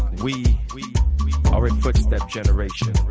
we we are a footstep generation,